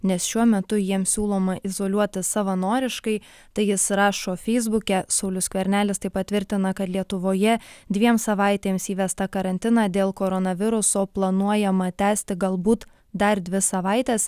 nes šiuo metu jiems siūloma izoliuotis savanoriškai tai jis rašo feisbuke saulius skvernelis taip pat tvirtina kad lietuvoje dviem savaitėms įvestą karantiną dėl koronaviruso planuojama tęsti galbūt dar dvi savaites